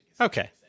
Okay